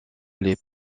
les